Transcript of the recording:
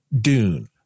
Dune